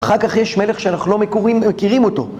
אחר כך יש מלך שאנחנו לא מכירים אותו.